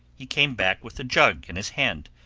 he came back with a jug in his hand.